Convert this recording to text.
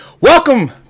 welcome